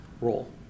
role